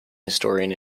historian